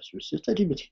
mes visi tarybiniai